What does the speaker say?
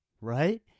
right